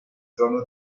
trono